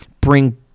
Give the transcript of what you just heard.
Bring